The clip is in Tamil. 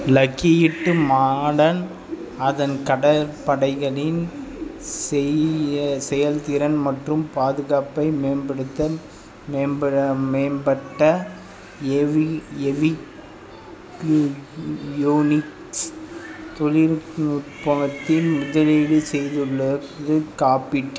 லக்கி ஹீட்டு மார்டன் அதன் கடற்படைகளின் செய்ய செயல்திறன் மற்றும் பாதுகாப்பை மேம்படுத்த மேம்பட மேம்பட்ட எவி எவிக்கு யோனிக்ஸ் தொழில்நுட்பத்தில் முதலீடு செய்துள்ளது காக்பிட்